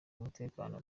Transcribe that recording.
umutekano